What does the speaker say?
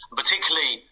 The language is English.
particularly